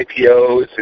IPOs